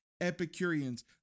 Epicureans